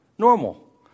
normal